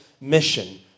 mission